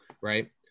Right